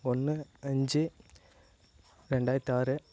ஒன்று அஞ்சு ரெண்டாயிரத்தி ஆறு